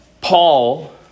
Paul